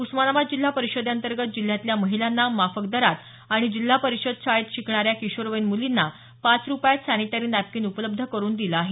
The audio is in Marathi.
उस्मानाबाद जिल्हा परिषदेअंतर्गत जिल्ह्यातल्या महिलांना माफक दरात आणि जिल्हा परिषद शाळेत शिकणाऱ्या किशोरवयीन मुलींना पाच रुपयात सॅनिटरी नॅपकिन उपलब्ध करून दिलं आहे